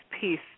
peace